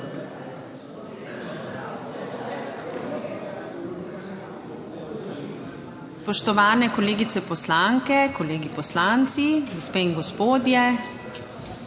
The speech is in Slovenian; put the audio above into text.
Spoštovani kolegice poslanke, kolegi poslanci, gospe in gospodje!